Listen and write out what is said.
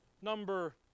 number